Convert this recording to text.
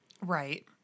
Right